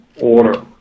order